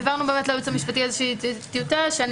העברנו לייעוץ המשפטי איזושהי טיוטה שאני